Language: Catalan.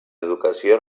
educació